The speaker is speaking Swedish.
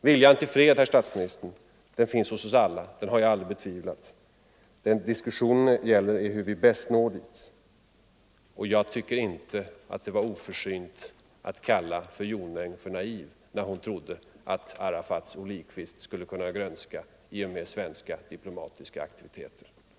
Viljan till fred, herr statsminister, finns hos oss alla, det har jag aldrig betvivlat. Diskussionen gäller hur vi bäst når dit. Jag tycker inte det var oförsynt av mig att säga att fru Jonäng var naiv när hon trodde att Arafats olivkvist skulle kunna grönska i och med svenska diplomatiska aktiviteter.